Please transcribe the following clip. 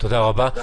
תודה רבה.